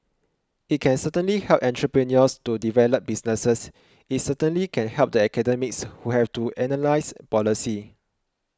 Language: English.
it can certainly help entrepreneurs to develop businesses it certainly can help the academics who have to analyse policy